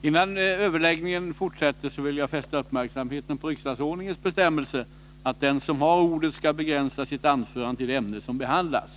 Innan överläggningen fortsätter vill jag fästa uppmärksamheten på riksdagsordningens bestämmelse att den som har ordet skall begränsa sitt anförande till det ämne som behandlas.